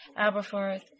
Alberforth